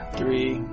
three